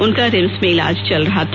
उनका रिम्स में इलाज चल रहा था